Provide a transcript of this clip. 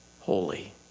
holy